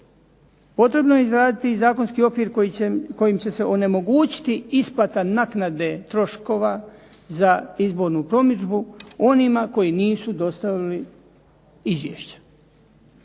Potrebno je izraditi i zakonski okvir kojim će se onemogućiti isplata naknade troškova za izbornu promidžbu onima koji nisu dostavili izvješće.